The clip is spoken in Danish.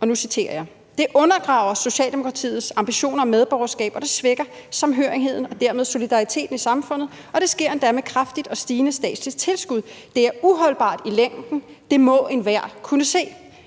og nu citerer jeg: »... det undergraver Socialdemokratiets ambitioner om medborgerskab, og det svækker samhørigheden og dermed solidariteten i samfundet. Og det sker endda med et kraftigt og stigende statsligt tilskud. Det er uholdbart i længden, det må enhver kunne se.«